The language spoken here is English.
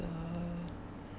uh